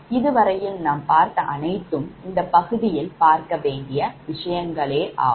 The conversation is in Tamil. இதுவரையில் நாம் பார்த்த அனைத்தும் இந்த பகுதியில் பார்க்கவேண்டிய விஷயங்களாகும்